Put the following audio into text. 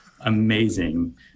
amazing